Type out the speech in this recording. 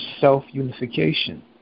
self-unification